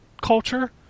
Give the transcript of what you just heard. culture